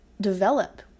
develop